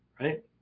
right